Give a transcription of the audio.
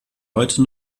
heute